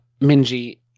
Minji